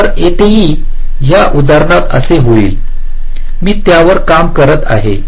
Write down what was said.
तर इथेही या उदाहरणात असे होईल मी त्यावर काम करत आहे